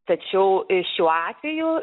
tačiau šiuo atveju